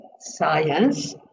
science